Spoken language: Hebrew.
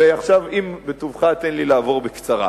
ועכשיו, בטובך, תן לי לעבור בקצרה.